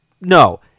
no